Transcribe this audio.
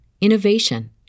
innovation